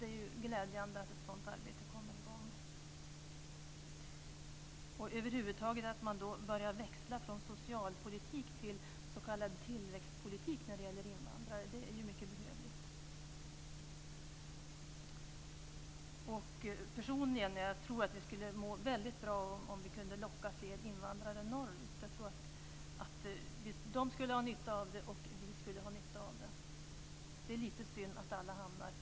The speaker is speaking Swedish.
Det är glädjande att ett sådant arbete kommer i gång, och att man över huvud taget börjar växla från socialpolitik till s.k. tillväxtpolitik när det gäller invandrare. Det är mycket behövligt. Personligen tror jag att vi skulle må väldigt bra om vi kunde locka fler invandrare norrut. De skulle ha nytta av det, och vi skulle ha nytta av det.